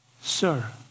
Sir